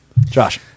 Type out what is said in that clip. Josh